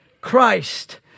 Christ